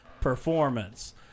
performance